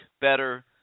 better